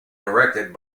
directed